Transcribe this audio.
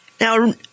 Now